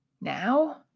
now